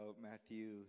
Matthew